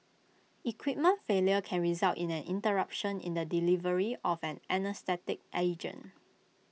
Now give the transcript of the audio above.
equipment failure can result in an interruption in the delivery of the anaesthetic agent